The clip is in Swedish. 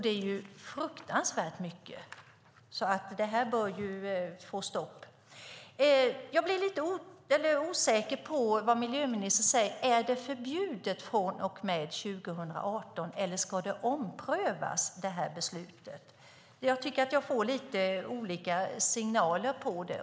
Det är fruktansvärt mycket. Det här bör stoppas. Jag blir lite osäker på vad miljöministern menar. Är det förbjudet från och med 2018, eller ska beslutet omprövas? Jag får lite olika signaler.